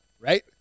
right